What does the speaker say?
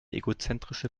egozentrische